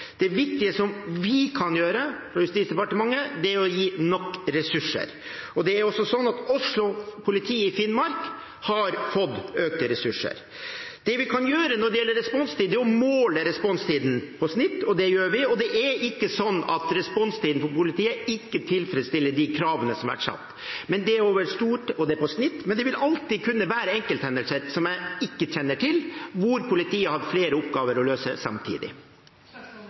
Det viktige som vi kan gjøre fra Justis- og beredskapsdepartementet, er å gi nok ressurser. Det er også slik at også politiet i Finnmark har fått økte ressurser. Det vi kan gjøre når det gjelder responstid, er å måle responstiden i snitt. Det gjør vi. Det er ikke slik at responstiden for politiet ikke tilfredsstiller de kravene som har vært satt. Det er over stort, og det er i snitt, men det vil alltid kunne være enkelthendelser som jeg ikke kjenner til, hvor politiet har hatt flere oppgaver å løse samtidig.